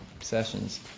sessions